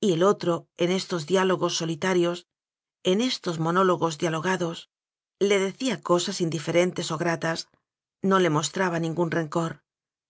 y el otro en estos diálo gos solitarios en estos monólogos dialogados le decía cosas indiferentes o gratas no le mostraba